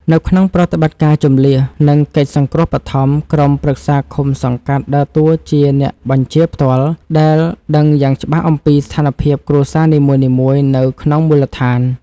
នៅក្នុងប្រតិបត្តិការជម្លៀស និងកិច្ចសង្គ្រោះបឋម ក្រុមប្រឹក្សាឃុំ-សង្កាត់ដើរតួជាអ្នកបញ្ជាផ្ទាល់ ដែលដឹងយ៉ាងច្បាស់អំពីស្ថានភាពគ្រួសារនីមួយៗនៅក្នុងមូលដ្ឋាន។